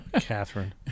Catherine